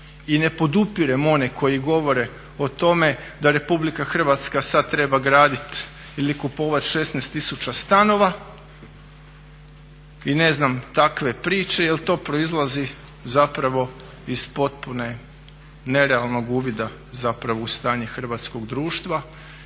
i ne podupirem one koji govore o tome da Republika Hrvatska sad treba graditi ili kupovati 16000 stanova i ne znam takve priče jer to proizlazi zapravo iz potpune, nerealnog uvida zapravo u stanje hrvatskog društva.